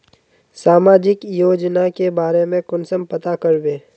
सामाजिक योजना के बारे में कुंसम पता करबे?